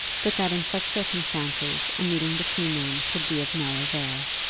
but that in such circumstances a meeting between them could be of no avail.